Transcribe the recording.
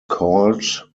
called